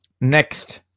next